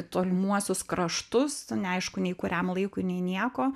tolimuosius kraštus neaišku nei kuriam laikui nei nieko